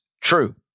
true